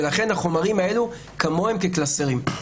ולכן החומרים האלו כמוהם כקלסרים.